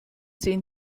zehn